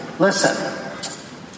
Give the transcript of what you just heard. Listen